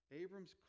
Abram's